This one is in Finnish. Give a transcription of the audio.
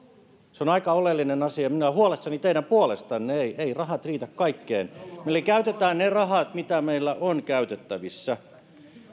se on aika oleellinen asia minä olen huolissani teidän puolestanne eivät eivät rahat riitä kaikkeen eli käytetään ne rahat mitä meillä on käytettävissä